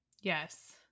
Yes